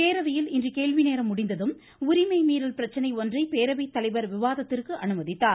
பேரவையில் இன்று கேள்வி நேரம் முடிந்ததும் உரிமை மீறல் பிரச்சனை ஒன்றை பேரவை தலைவர் விவாதத்திற்கு அனுமதித்தார்